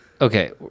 okay